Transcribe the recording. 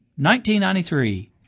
1993